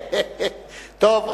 טוב.